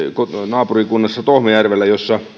naapurikunnassa tohmajärvellä